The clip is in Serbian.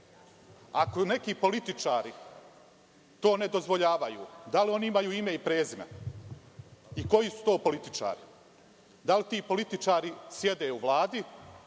neki političari to ne dozvoljavaju, da li imaju ime i prezime? Koji su to političari? Da li ti političari sede u Vladi?